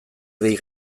dei